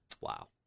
Wow